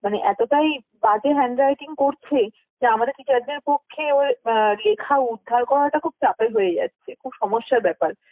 মানে এতটাই বাজে হ্যান্ডরাইটিং করছে যে আমাদের টিচারদের পক্ষে ওই লেখা উদ্ধার করাটা খুব চাপের হয়ে যাচ্ছে খুব সমস্যার ব্যাপার